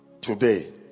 Today